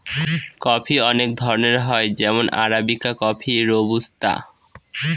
coffee অনেক ধরনের হয় যেমন আরাবিকা কফি, রোবুস্তা